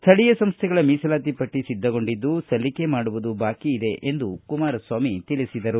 ಸ್ವಳೀಯ ಸಂಸ್ವೆಗಳ ಮೀಸಲಾತಿ ಪಟ್ಟ ಸಿದ್ದಗೊಂಡಿದ್ದು ಸಲ್ಲಿಕೆ ಮಾಡುವುದು ಬಾಕಿ ಇದೆ ಎಂದು ತಿಳಿಸಿದರು